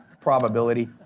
probability